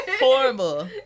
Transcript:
Horrible